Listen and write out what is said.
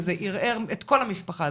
וזה ערער את כל המשפחה,